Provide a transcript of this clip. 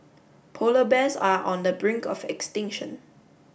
polar bears are on the brink of extinction